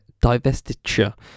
divestiture